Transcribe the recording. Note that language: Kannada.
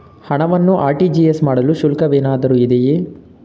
ಹಣವನ್ನು ಆರ್.ಟಿ.ಜಿ.ಎಸ್ ಮಾಡಲು ಶುಲ್ಕವೇನಾದರೂ ಇದೆಯೇ?